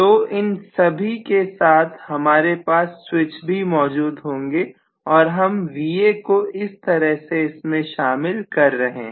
तो इन सभी के साथ हमारे पास स्विच भी मौजूद होंगे और हम Va को इस तरह से इसमें शामिल कर रहे हैं